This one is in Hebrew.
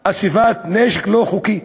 איסוף נשק לא חוקי,